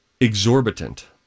exorbitant